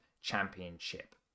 Championship